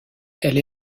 elle